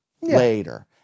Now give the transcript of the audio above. later